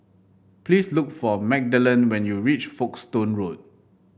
please look for Magdalen when you reach Folkestone Road